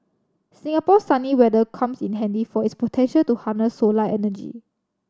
Singapore's sunny weather comes in handy for its potential to harness solar energy